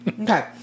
Okay